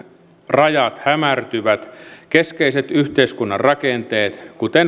rajat hämärtyvät keskeiset yhteiskunnan rakenteet kuten